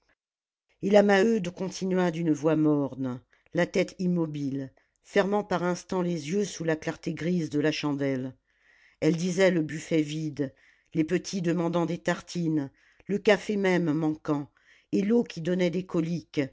et la maheude continua d'une voix morne la tête immobile fermant par instants les yeux sous la clarté triste de la chandelle elle disait le buffet vide les petits demandant des tartines le café même manquant et l'eau qui donnait des coliques